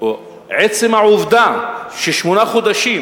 עצם העובדה ששמונה חודשים